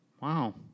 wow